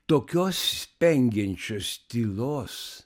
tokios spengiančios tylos